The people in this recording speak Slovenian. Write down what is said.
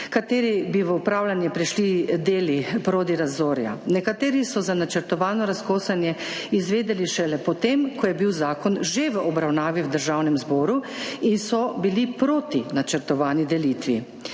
kateri bi v upravljanje prišli deli Prodi Razorja. Nekateri so za načrtovano razkosanje izvedeli šele potem, ko je bil zakon že v obravnavi v Državnem zboru in so bili proti načrtovani delitvi.